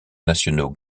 nationaux